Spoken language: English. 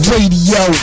Radio